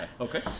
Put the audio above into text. okay